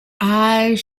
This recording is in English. eyes